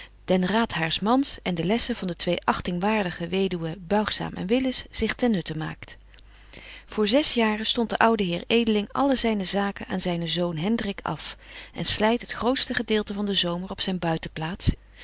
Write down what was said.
den raad haars mans en de lessen van de twee achtingwaardige weduwen buigzaam en willis zich ten nutte maakt voor zes jaren stondt de oude heer edeling alle zyne zaken aan zynen zoon hendrik af en slyt het grootste gedeelte van den zomer op zyn